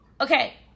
okay